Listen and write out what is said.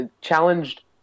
challenged